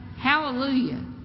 hallelujah